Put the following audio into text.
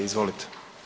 Izvolite.